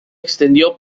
extendió